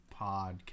podcast